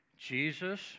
Jesus